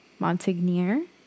Montagnier